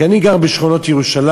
כי אני גר בשכונות ירושלים,